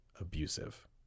abusive